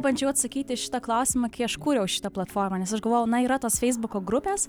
bandžiau atsakyti į šitą klausimą kai aš kūriau šitą platformą nes aš galvojau na yra tos feisbuko grupės